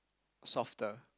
softer